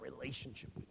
relationship